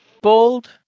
bold